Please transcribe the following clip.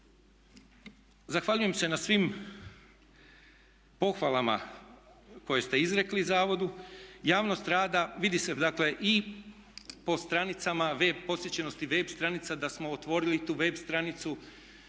Zahvaljujem se na svim pohvalama koje ste izrekli zavodu. Javnost rada, vidi se dakle i po stranicama, posjećenosti web stranicama da smo otvorili tu web stranicu,